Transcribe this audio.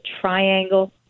triangle